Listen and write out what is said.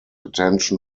attention